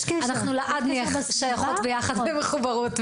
מירי, לעד נהייה מחוברות ושייכות.